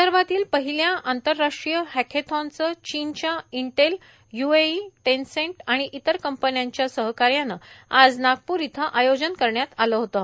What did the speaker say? विदर्भातील पहिल्या आंतरराष्ट्रीय हॅकेथानचं चीनच्या इंटेल ह्य्एई टेनसेन्ट आणि इतर कंपन्यांच्या सहकार्यानं आज नागपूर इथं आयोजन करण्यात आलं होतं